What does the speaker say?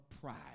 pride